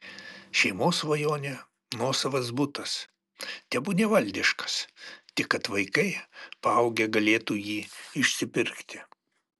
šeimos svajonė nuosavas butas tebūnie valdiškas tik kad vaikai paaugę galėtų jį išsipirkti